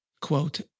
quote